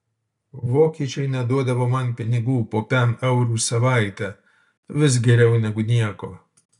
vokiečiai net duodavo man pinigų po pem eurų už savaitę vis geriau negu nieko